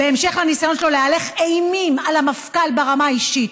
בהמשך לניסיון שלו להלך אימים על המפכ"ל ברמה האישית,